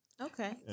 Okay